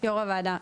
יו"ר הוועדה,